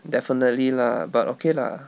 definitely lah but okay lah